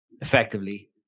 effectively